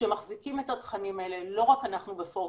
שמחזיקים את התכנים האלה, לא רק אנחנו ב-4girls,